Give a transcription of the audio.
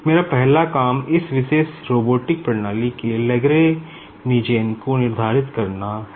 मेरा पहला काम इस विशेष रोबोटिक्स प्रणाली के लेग्रैनिजेन को निर्धारित करना है